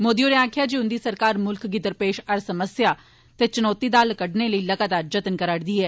मोदी होरें आक्खेआ जे उन्दी सरकार मुल्ख गी दरपेश हर समस्या ते चुनौती दा हल कड्ढने लेई लगातार जत्न करा'रदी ऐ